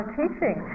teaching